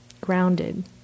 grounded